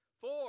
Four